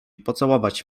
pocałować